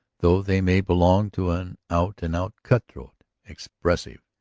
though they may belong to an out-and-out cutthroat expressive,